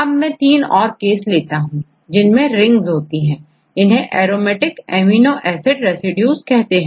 अब मैं तीन और केस लेता हूं जिनमें रिंग्स होती है इन्हें एरोमेटिक एमिनो एसिड रेसिड्यूज कहते हैं